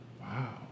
Wow